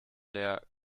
der